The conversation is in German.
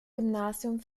gymnasium